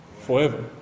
forever